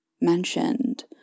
mentioned